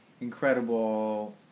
incredible